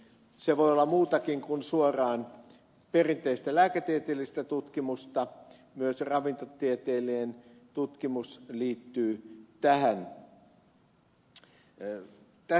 se voi olla muutakin kuin suoraan perinteistä lääketieteellistä tutkimusta myös ravintotieteellinen tutkimus liittyy tähän